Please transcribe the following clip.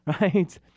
right